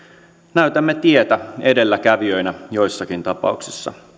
näytämme tietä edelläkävijöinä joissakin tapauksissa